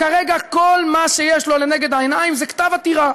כרגע כל מה שיש לו לנגד העיניים זה כתב עתירה.